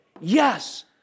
Yes